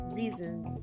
reasons